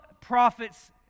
prophets